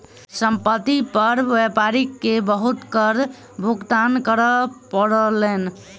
संपत्ति पर व्यापारी के बहुत कर भुगतान करअ पड़लैन